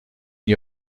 n’y